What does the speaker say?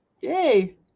Yay